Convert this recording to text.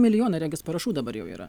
milijonai regis parašų dabar jau yra